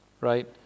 right